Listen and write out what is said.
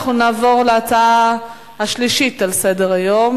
אנחנו נעבור להצעה השלישית על סדר-היום,